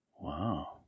Wow